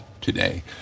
today